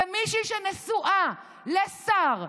ומישהי שנשואה לשר,